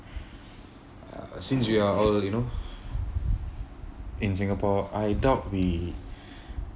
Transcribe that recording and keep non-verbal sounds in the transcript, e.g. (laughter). uh since we are all you know in singapore I doubt we (breath)